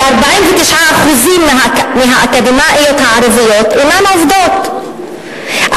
כ-49% מהאקדמאיות הערביות אינן עובדות,